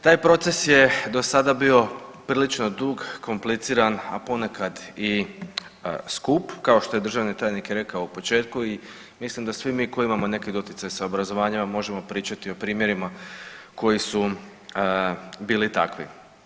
Taj proces je do sada bio prilično dug, kompliciran, a ponekad i skup, kao što je državni tajnik i rekao u početku i mislim da svi mi koji imamo neki doticaj sa obrazovanjem možemo pričati o primjerima koji su bili takvi.